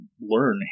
learn